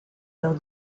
leurs